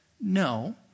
no